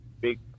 big